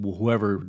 whoever